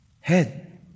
head